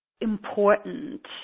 important